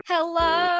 Hello